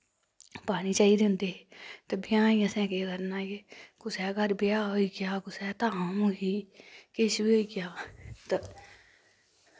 पानी चाहिदे होंदे ते ब्याहें असैं केह् करना के कुसै घर ब्याह् होई गेआ कुसै धाम होई गेई किश बी होई गेआ तां